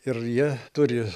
ir jie turi